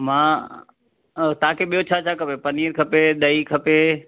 मां तव्हांखे ॿियो छा छा खपे पनीर खपे ॾही खपे